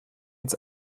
ins